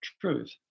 truth